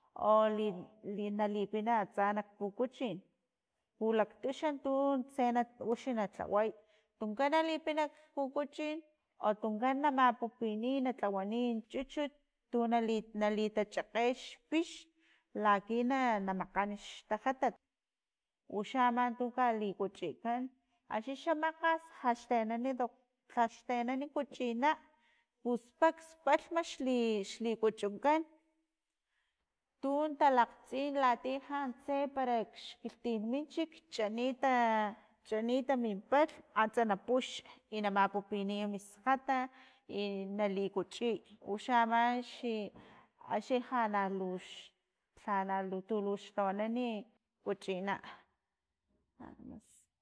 O li- li nali pina atsa nak pukuchin pulaktu xantu tse na lhaway tunkan na lipina kpukuchin, o tunkan na mapupiniy na tlawaniy chuchut tu nali- nali chakge xpix laki na- na makgan xtajatat uxa ama tu kalikuchikan axixa makgast lhaxteanani doctor lhalh xtenan kuchina pus pakx xli- xli kuchunkan, tun talakgtsin latiya lhantse parax kilhtin minchik chanita- chanita min palhm antsa na pux i na mapupiniy miskgata i nali kuchiy uxa ama axi- axi lhana lux lhana lu lux tawila kuchina.